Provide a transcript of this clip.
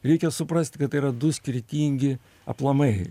reikia suprast kad tai yra du skirtingi aplamai